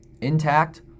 intact